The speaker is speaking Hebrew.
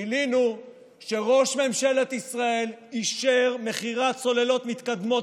גילינו שראש ממשלת ישראל אישר מכירת צוללות מתקדמות